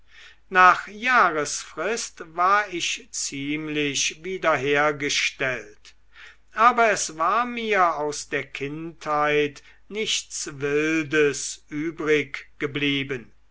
nach jahresfrist war ich ziemlich wiederhergestellt aber es war mir aus der kindheit nichts wildes übriggeblieben